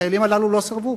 החיילים האלה לא סירבו,